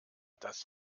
das